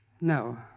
No